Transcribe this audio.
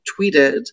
tweeted